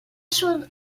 sud